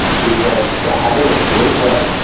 because i think it's a great book,